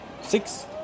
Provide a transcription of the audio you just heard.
six